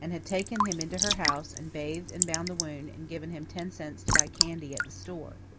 and had taken him into her house, and bathed and bound the wound, and given him ten cents to buy candy at the store.